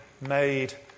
made